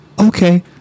okay